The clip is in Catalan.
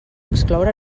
excloure